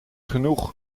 genoeg